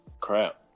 Crap